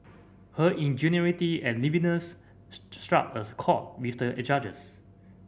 her ingenuity and liveliness struck a chord with the judges